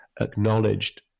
acknowledged